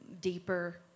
deeper